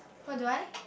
what do I